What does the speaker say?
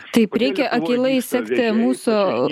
taip reikia akylai sekti mūsų